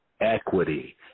equity